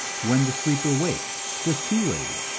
when the sleeper wakes, the sea lady,